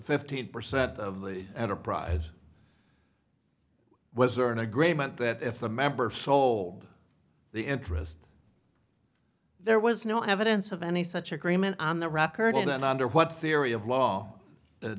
fifteen percent of the enterprise was there an agreement that if the member sold the interest there was no evidence of any such agreement on the record and under what theory of law